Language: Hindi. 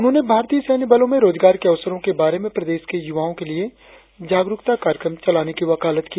उन्होंने भारतीय सैन्य बलों में रोजगार के अवसरो के बारे में प्रदेश के युवाओ के लिए जागरुकता कार्यक्रम चलाने की वकालत की